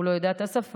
הוא לא יודע את השפה.